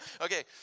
okay